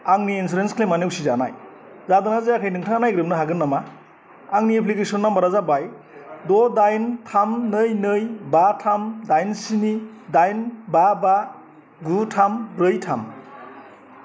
आंनि इन्सुरेन्स क्लेमा नेउसिजानाय जादोंना जायाखै नोंथाङा नायग्रोबनो हागोन नामा आंनि एप्लिकेसन नाम्बारा जाबाय द' दाइन थाम नै नै बा थाम दाइन स्नि दाइन बा बा गु थाम ब्रै थाम